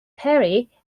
perry